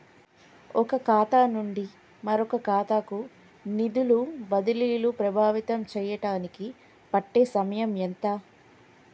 ఒక ఖాతా నుండి మరొక ఖాతా కు నిధులు బదిలీలు ప్రభావితం చేయటానికి పట్టే సమయం ఎంత?